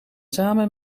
samen